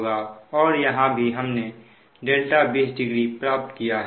और यहां भी हमने δ 200 प्राप्त किया है